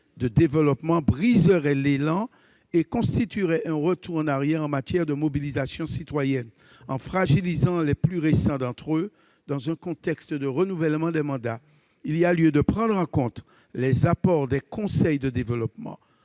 de développement briserait l'élan et constituerait un retour en arrière en matière de mobilisation citoyenne, fragilisant les plus récents d'entre eux dans un contexte de renouvellement des mandats. Il y a lieu de prendre en compte les apports des conseils de développement.